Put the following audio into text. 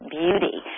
beauty